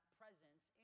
presence